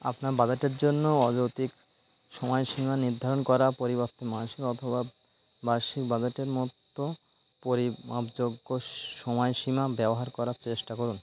আপনার বাজেটের জন্য অযৌক্তিক সময়সীমা নির্ধারণ করার পরিবর্তে মাসিক অথবা বার্ষিক বাজেটের মতো পরিমাপযোগ্য সময়সীমা ব্যবহার করার চেষ্টা করুন